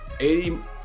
80